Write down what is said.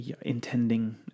intending